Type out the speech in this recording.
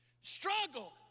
Struggle